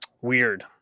Weird